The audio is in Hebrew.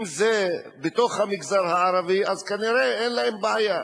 אם זה בתוך המגזר הערבי, אז כנראה אין להם בעיה.